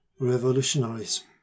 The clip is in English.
revolutionaries